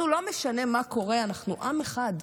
לנו לא משנה מה קורה, אנחנו עם אחד,